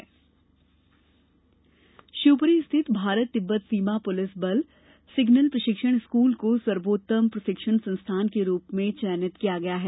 चयन शिवपुरी स्थित भारत तिब्बत सीमा पुलिस बल सिग्नल प्रशिक्षण स्कूल को सर्वोत्तम प्रशिक्षण संस्थान के रूप में चयनित किया गया है